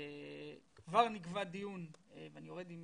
כבר נקבע דיון ואני יורד עם